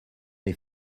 les